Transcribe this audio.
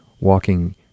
walking